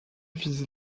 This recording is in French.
vise